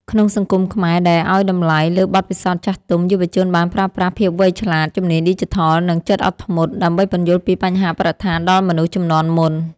ក្នុងសង្គមខ្មែរដែលឱ្យតម្លៃលើបទពិសោធន៍ចាស់ទុំ យុវជនបានប្រើប្រាស់ភាពវៃឆ្លាត ជំនាញឌីជីថល និងចិត្តអត់ធ្មត់ ដើម្បីពន្យល់ពីបញ្ហាបរិស្ថានដល់មនុស្សជំនាន់មុន។